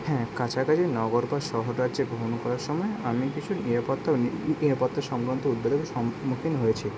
হ্যাঁ কাছাকাছি নগর বা শহর রাজ্যে ভ্রমণ করার সময় আমি কিছু নিরাপত্তা নিরাপত্তা সমভ্রান্ত উদ্বেগের সম্মুখীন হয়েছি